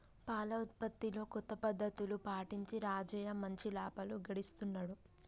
పాల ఉత్పత్తిలో కొత్త పద్ధతులు పాటించి రాజయ్య మంచి లాభాలు గడిస్తున్నాడు